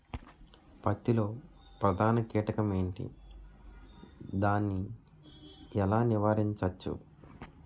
పత్తి లో ప్రధాన కీటకం ఎంటి? దాని ఎలా నీవారించచ్చు?